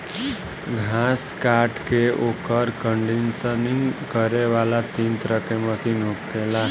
घास काट के ओकर कंडीशनिंग करे वाला तीन तरह के मशीन होखेला